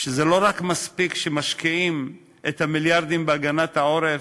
שזה לא מספיק שמשקיעים את המיליארדים בהגנת העורף,